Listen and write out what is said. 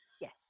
Yes